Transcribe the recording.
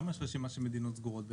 למה יש רשימה של מדינות סגורות בעצם?